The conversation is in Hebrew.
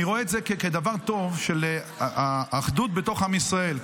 אני רואה את זה כדבר טוב של אחדות בתוך עם ישראל.